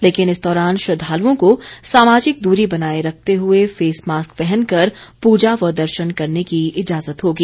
लेकिन इस दौरान श्रद्वालुओं को सामाजिक दूरी बनाए रखते हुए फेस मास्क पहनकर प्रजा व दर्शन करने की इजाजत होगी